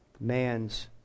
man's